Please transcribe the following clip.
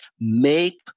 make